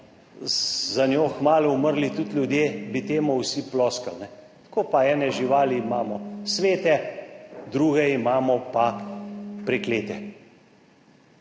za njo kmalu umrli tudi ljudje, bi temu vsi ploskali. Tako pa ene živali imamo svete, druge imamo pa preklete.